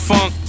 Funk